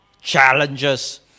challenges